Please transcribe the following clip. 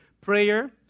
prayer